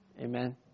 Amen